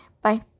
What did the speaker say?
Bye